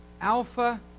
Alpha